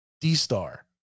D-Star